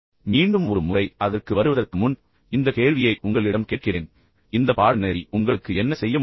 ஆனால் நான் மீண்டும் ஒரு முறை அதற்கு வருவதற்கு முன் இந்த கேள்வியை உங்களிடம் கேட்கிறேன் இந்த பாடநெறி உங்களுக்கு என்ன செய்ய முடியும்